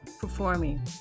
performing